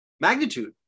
magnitude